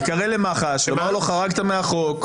לומר לו: חרגת מהחוק.